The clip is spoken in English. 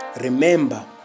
Remember